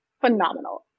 phenomenal